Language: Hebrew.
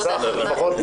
המגדרי.